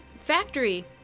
factory